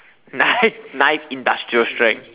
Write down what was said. knife knife industrial strength